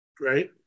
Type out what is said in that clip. right